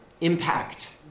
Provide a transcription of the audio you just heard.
impact